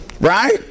Right